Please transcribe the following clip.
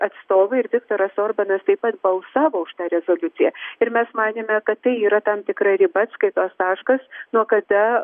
atstovai ir viktoras orbanas taip pat balsavo už tą rezoliuciją ir mes manėme kad tai yra tam tikra riba atskaitos taškas nuo kada